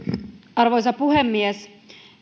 arvoisa puhemies